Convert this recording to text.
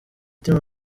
team